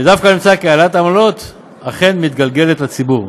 ודווקא נמצא כי העלאת העמלות אכן מתגלגלת על הציבור.